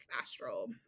astral